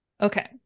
Okay